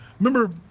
remember